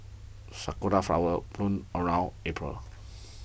sakura flowers bloom around April